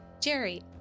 Jerry